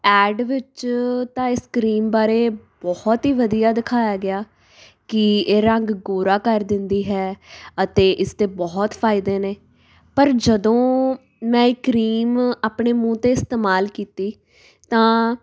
add ਵਿੱਚ ਤਾਂ ਇਸ ਕ੍ਰੀਮ ਬਾਰੇ ਬਹੁਤ ਹੀ ਵਧੀਆ ਦਿਖਾਇਆ ਗਿਆ ਕਿ ਇਹ ਰੰਗ ਗੋਰਾ ਕਰ ਦਿੰਦੀ ਹੈ ਅਤੇ ਇਸਦੇ ਬਹੁਤ ਫਾਇਦੇ ਨੇ ਪਰ ਜਦੋਂ ਮੈਂ ਇਹ ਕ੍ਰੀਮ ਆਪਣੇ ਮੂੰਹ 'ਤੇ ਇਸਤੇਮਾਲ ਕੀਤੀ ਤਾਂ